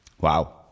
Wow